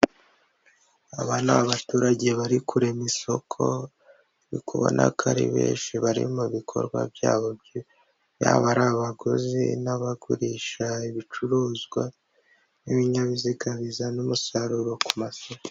Aba ni abaturage bari kurema isoko, uri kubona ko ari benshi bari mu bikorwa byabo yaba ari abaguzi n'abagurisha ibicuruzwa n'ibinyabiziga bizana umusaruro ku masoko.